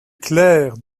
clairs